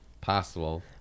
possible